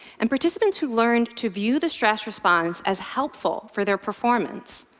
and participants who learned to view the stress response as helpful for their performance,